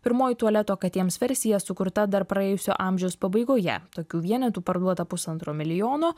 pirmoji tualeto katėms versija sukurta dar praėjusio amžiaus pabaigoje tokių vienetų parduota pusantro milijono